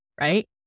right